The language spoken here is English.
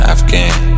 Afghan